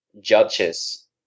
judges